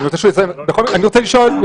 זאת אומרת שיש פה